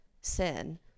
sin